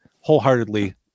wholeheartedly